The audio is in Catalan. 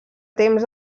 temps